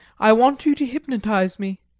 i want you to hypnotise me!